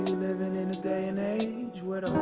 living in a day and age where